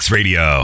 Radio